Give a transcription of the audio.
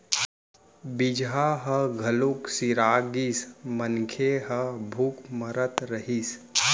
बीजहा ह घलोक सिरा गिस, मनखे ह भूख म मरत रहिस